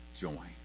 join